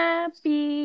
Happy